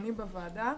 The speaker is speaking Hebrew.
שנדונים בוועדה.